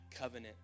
covenant